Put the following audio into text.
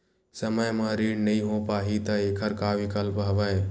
समय म ऋण नइ हो पाहि त एखर का विकल्प हवय?